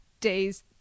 days